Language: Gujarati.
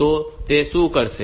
તો તે શું કરશે